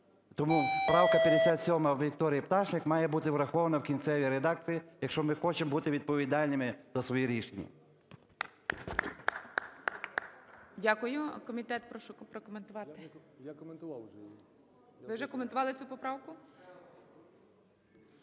Тому правка 57 Вікторії Пташник має бути врахована в кінцевій редакції, якщо ми хочемо бути відповідальними за свої рішення.